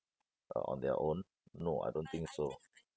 uh on their own no I don't think so